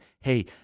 hey